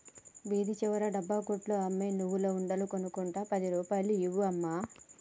వీధి చివర డబ్బా కొట్లో అమ్మే నువ్వుల ఉండలు కొనుక్కుంట పది రూపాయలు ఇవ్వు అమ్మా